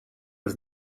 his